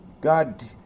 God